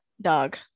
dog